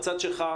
בצד שלך,